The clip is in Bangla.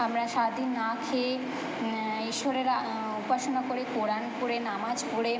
আমরা সারা দিন না খেয়ে ঈশ্বরের উপাসনা করে কোরান পড়ে নামাজ পড়ে